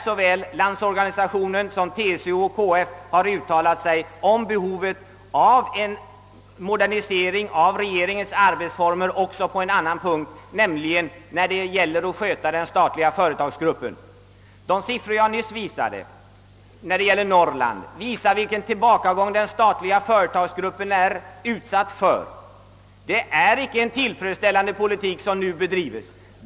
Såväl LO som TCO och KF uttalade sig där om behovet av en modernisering av regeringens arbetsformer också när det gäller skötseln av den statliga företagsgruppen. De siffror jag nyss angav beträffande Norrland visar vilken tillbakagång den företagsgruppen är utsatt för. Det är icke en tillfredsställande politik som nu bedrivs.